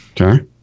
Okay